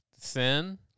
Sin